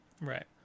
Right